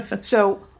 So-